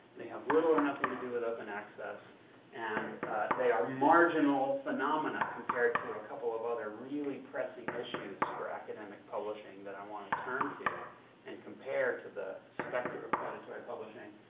they have little or nothing to do with open access and they are a marginal phenomena compared to a couple of other really pressing issues for academic publishing that i want to turn to and compare to the specter of predatory publishing.